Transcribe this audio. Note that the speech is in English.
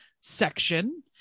section